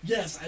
Yes